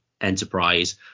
enterprise